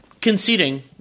conceding –